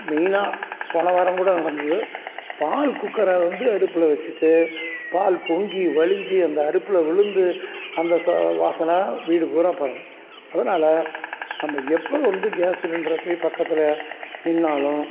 மெய்னாக போன வாரம் கூட நடந்தது பால் குக்கரை வந்து அடுப்பில் வச்சுட்டு பால் பொங்கி வழிஞ்சி அந்த அடுப்பில் விழுந்து அந்த ஸோ வாசனை வீடு பூராக பரவும் அதனால் நம்ம எப்போ வந்து கேஸ் சிலிண்டர போய் பக்கத்தில் நின்றாலும்